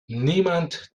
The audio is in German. niemand